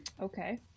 okay